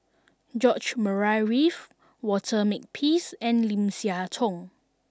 George Murray Reith Walter Makepeace and Lim Siah Tong